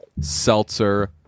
Seltzer